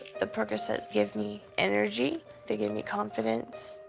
the percocet give me energy, they give me confidence,